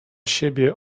siebie